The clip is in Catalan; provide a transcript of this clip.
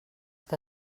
que